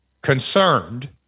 concerned